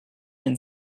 and